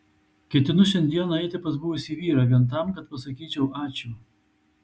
ketinu šiandieną eiti pas buvusį vyrą vien tam kad pasakyčiau ačiū